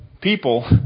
people